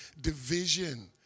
division